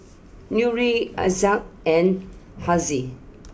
Nurin Aizat and Haziq